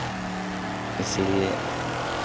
इसलिए